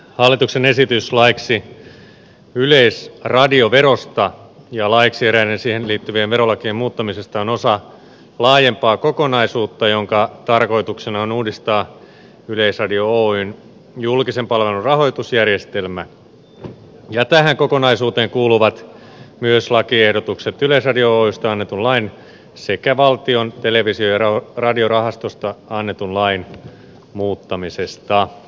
hallituksen esitys laiksi yleisradioverosta ja laeiksi eräiden siihen liittyvien verolakien muuttamisesta on osa laajempaa kokonaisuutta jonka tarkoituksena on uudistaa yleisradio oyn julkisen palvelun rahoitusjärjestelmä ja tähän kokonaisuuteen kuuluvat myös lakiehdotukset yleisradio oystä annetun lain sekä valtion televisio ja radiorahastosta annetun lain muuttamisesta